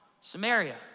Samaria